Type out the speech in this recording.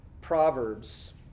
Proverbs